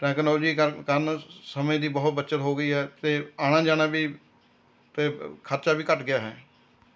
technology ਕਾਰ ਕਾਰਨ ਸਮੇਂ ਦੀ ਬਹੁਤ ਬੱਚਤ ਹੋ ਗਈ ਹੈ ਅਤੇ ਆਉਣਾ ਜਾਣਾ ਵੀ ਅਤੇ ਖਰਚਾ ਵੀ ਘੱਟ ਗਿਆ ਹੈ